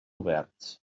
oberts